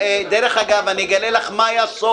דרך אגב, מאיה, אני אגלה לך סוד: